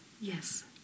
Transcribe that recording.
Yes